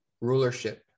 rulership